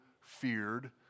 feared